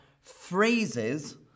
phrases